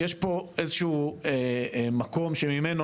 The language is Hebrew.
יש פה מקום מסוים שממנו